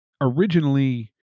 originally